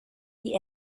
die